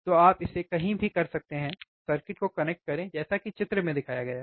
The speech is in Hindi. तो आप इसे कहीं भी कर सकते हैं सर्किट को कनेक्ट करें जैसा कि चित्र में दिखाया गया है